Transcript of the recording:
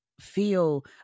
feel